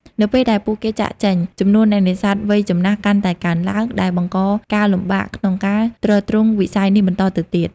នៅពេលដែលពួកគេចាកចេញ ចំនួនអ្នកនេសាទវ័យចំណាស់កាន់តែកើនឡើង ដែលបង្កការលំបាកក្នុងការទ្រទ្រង់វិស័យនេះបន្តទៅទៀត។